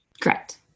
Correct